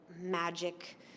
magic